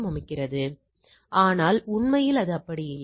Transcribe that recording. வளைவின் கீழ் உள்ள மொத்த பரப்பளவு 1